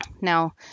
Now